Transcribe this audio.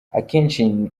akenshi